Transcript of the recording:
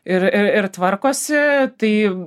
ir ir ir tvarkosi tai